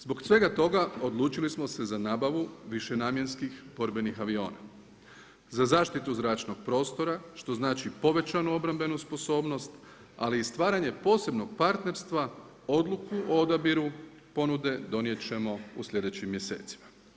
Zbog svega toga odlučili smo se za nabavu višenamjenskih borbenih aviona za zaštitu zračnog prostora što znači povećanu obrambenu sposobnost ali i stvaranje posebnog partnerstva, odluku o odabiru ponude donijet ćemo u slijedećim mjesecima.